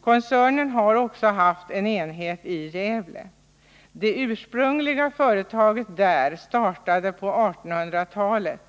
Koncernen har också haft en enhet i Gävle. Det ursprungliga företaget där startade på 1800-talet.